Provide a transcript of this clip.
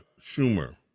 Schumer